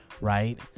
right